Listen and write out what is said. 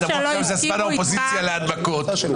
אמרו: זה זמן האופוזיציה להנמקות.